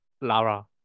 Lara